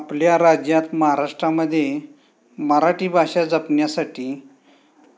आपल्या राज्यात महाराष्ट्रामध्ये मराठी भाषा जपण्यासाठी